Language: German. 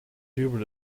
dübel